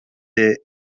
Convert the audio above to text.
day